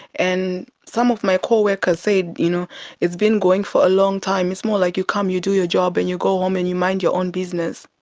and some of my co-workers said you know it's been going on for a long time, it's more like you come, you do your job, and you go home, and you mind your own business.